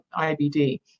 IBD